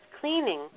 cleaning